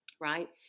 right